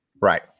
Right